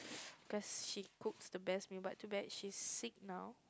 cause she cooks the best meal but too bad she's sick now